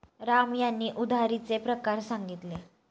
राम यांनी उधारीचे प्रकार सांगितले